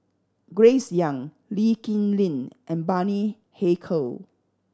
Grace Young Lee Kip Lin and Bani Haykal